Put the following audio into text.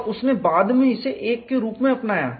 और उसने बाद में इसे 1 के रूप में अपनाया